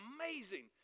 amazing